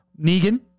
Negan